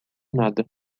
nada